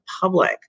public